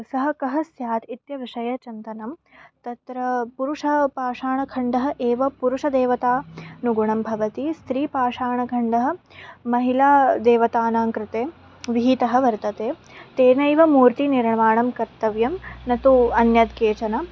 सः कः स्यात् इति विषये चिन्तनं तत्र पुरुषपाषाणखण्डः एव पुरुषदेवता नुगुणं भवति स्त्रीपाषाणखण्डः महिलादेवतानां कृते विहितः वर्तते तेनैव मूर्तिनिर्माणं कर्तव्यं न तु अन्यत् केचन